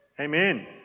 Amen